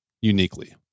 uniquely